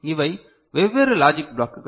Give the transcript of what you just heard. இவை வெவ்வேறு லாஜிக் ப்ளாக்குகள்